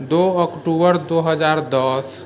दुइ अक्टूबर दुइ हजार दस